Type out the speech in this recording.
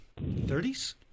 30s